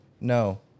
no